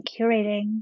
curating